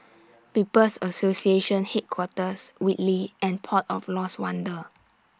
People's Association Headquarters Whitley and Port of Lost Wonder